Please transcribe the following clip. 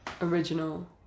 original